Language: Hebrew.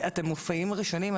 אתם מופיעים ראשונים?